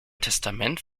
testament